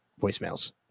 voicemails